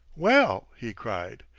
well! he cried.